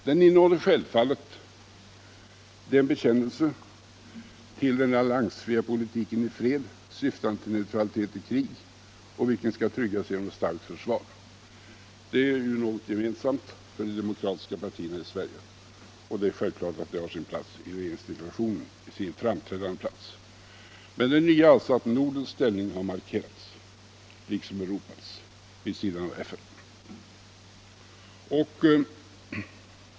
Den innehåller självfallet bekännelsen till den alliansfria politiken i fred, syftande till neutralitet i krig, vilken skall tryggas genom ett starkt försvar — vilket ju är någonting gemensamt för de demokratiska partierna i Sverige — och det är självklart att detta har en framträdande plats i regeringsdeklarationen. Det nya är alltså att Nordens ställning, liksom Europas, har markerats vid sidan om FN:s.